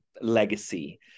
legacy